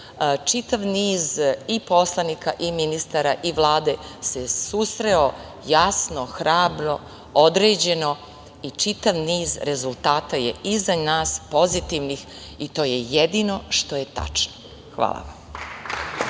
čitav niz i poslanika i ministara i Vlade, se susreo jasno, hrabro, određeno i čitav niz rezultata je iza nas pozitivnih i to je jedino što je tačno. Hvala vam.